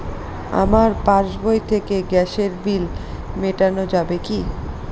আমার পাসবই থেকে গ্যাসের বিল মেটানো যাবে কি?